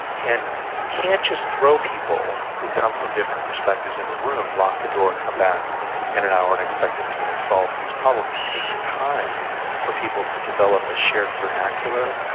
and you can't just throw people who come from different perspectives in a room, lock the door and come back in an hour and expect them to have solved these problems, it takes time for people to develop a shared vernacular,